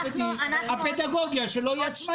אנחנו --- הפדגוגיה שלו היא עצמאית,